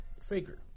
Sacred